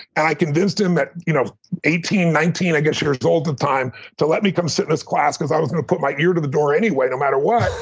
and i convinced him at you know eighteen, nineteen, i guess, years old at the time to let me come sit in his class because i was going to put my ear to the door anyway no matter what.